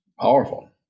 powerful